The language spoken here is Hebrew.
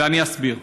ואני אסביר.